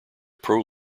pro